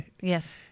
Yes